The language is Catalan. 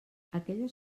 aquelles